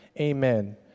Amen